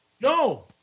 no